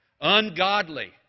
Ungodly